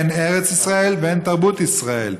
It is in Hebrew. אין ארץ ישראל ואין תרבות ישראל,